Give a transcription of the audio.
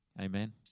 Amen